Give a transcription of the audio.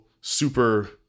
super